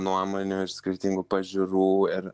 nuomonių ir skirtingų pažiūrų ir